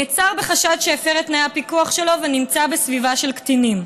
נעצר בחשד שהפר את תנאי הפיקוח שלו ונמצא בסביבה של קטינים.